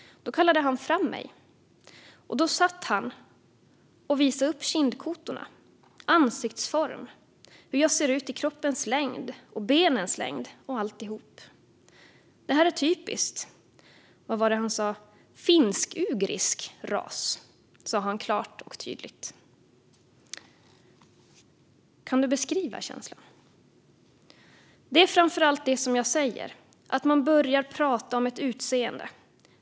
Då kallade han fram mig. Och då satt han och visa upp kindkotorna, ansiktsform, hur jag ser ut i kroppen längd, och benens längd och allt ihop. Det här är typisk, vad var det han sa, finskugrisk ras, sa han klart och tydligt. Göran: Kan du beskriva känslan? F: Det är framförallt det som jag säger, att man börjar prata om ett utseende.